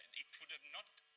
it could not